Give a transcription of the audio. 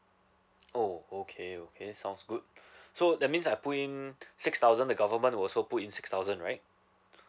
oh okay okay sounds good so that means I put in six thousand the government will also put in six thousand right